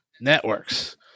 Networks